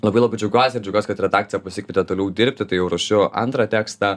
labai labai džiaugiuosi ir džiaugiuosi kad redakcija pasikvietė toliau dirbti tai jau rašiau antrą tekstą